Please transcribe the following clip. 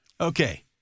Okay